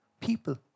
people